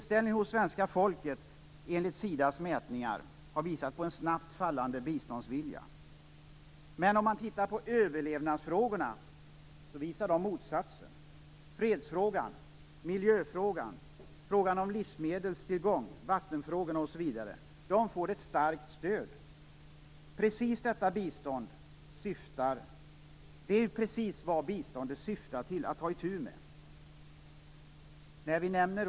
Inställningen hos svenska folket enligt Sidas mätningar visar på en snabbt fallande biståndsvilja. Men om man tittar på överlevnadsfrågorna så ser man att de visar på motsatsen. Frågorna om fred och miljö, om livsmedelstillgång och vatten osv. får ett starkt stöd. Det är precis vad biståndet syftar till, vad man skall ta itu med.